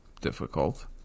difficult